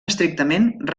estrictament